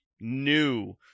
new